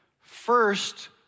First